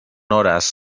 horas